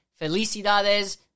Felicidades